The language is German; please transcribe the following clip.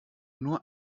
nur